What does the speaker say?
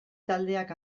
taldeak